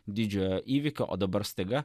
didžiojo įvykio o dabar staiga